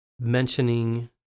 Mentioning